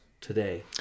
today